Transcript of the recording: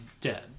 dead